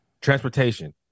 Transportation